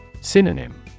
Synonym